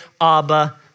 Abba